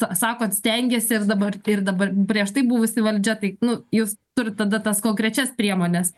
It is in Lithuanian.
ta sakot stengėsi ir dabar ir dabar prieš tai buvusi valdžia tai nu jūs turit tada tas konkrečias priemones